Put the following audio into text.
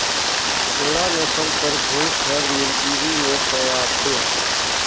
टोडा नसल कर भंइस हर नीलगिरी में पवाथे